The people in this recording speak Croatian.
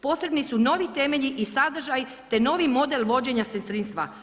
Potrebni su novi temelji i sadržaj te novi model vođenja sestrinstva.